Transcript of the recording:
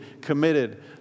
committed